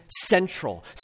central